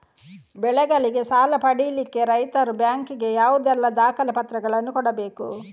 ಬೆಳೆಗಳಿಗೆ ಸಾಲ ಪಡಿಲಿಕ್ಕೆ ರೈತರು ಬ್ಯಾಂಕ್ ಗೆ ಯಾವುದೆಲ್ಲ ದಾಖಲೆಪತ್ರಗಳನ್ನು ಕೊಡ್ಬೇಕು?